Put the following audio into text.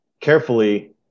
carefully